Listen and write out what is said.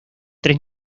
tres